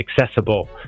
accessible